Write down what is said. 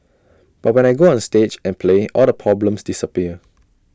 but when I go onstage and play all the problems disappear